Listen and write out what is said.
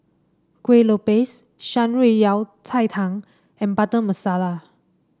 Kuih Lopes Shan Rui Yao Cai Tang and Butter Masala